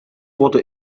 wurde